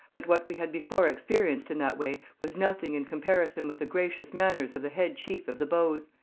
but what we had before experienced in that way was nothing in comparison with the gracious manners of the head chief of the bows.